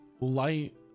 light